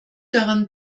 daran